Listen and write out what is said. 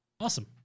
Awesome